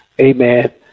amen